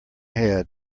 head